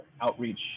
outreach